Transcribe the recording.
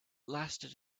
lasted